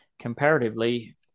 comparatively